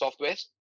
softwares